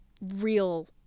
real